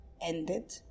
ended